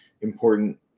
important